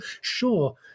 sure